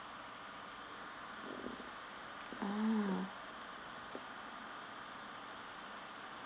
ah